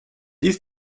dies